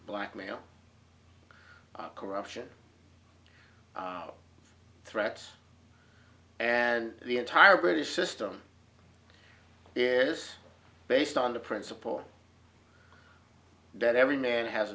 blackmail corruption threats and the entire british system is based on the principle that every man has